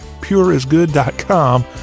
pureisgood.com